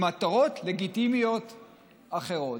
למטרות לגיטימיות אחרות.